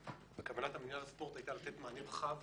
כוונת מנהל הספורט היתה לתת מענה רחב,